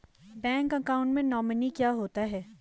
Bank account में nominee क्या होता है?